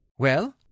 Well